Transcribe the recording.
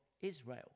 Israel